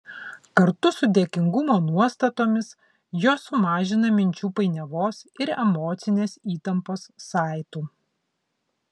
kartu su dėkingumo nuostatomis jos sumažina minčių painiavos ir emocinės įtampos saitų